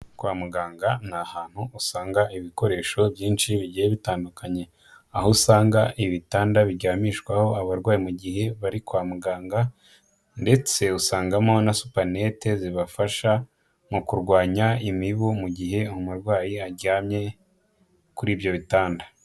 Kw muganga ni ahantu usanga ibikoresho byinshi bigiye bitandukanye, aho usanga ibitanda biryamishwaho abarwayi mugihe bari kwa muganga ndetse usangamo na supanete zibafasha mu kurwanya imibu mugihe umurwayi aryamye kuri ibyo bitanda.